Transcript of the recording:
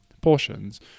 portions